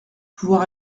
pouvoir